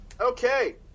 Okay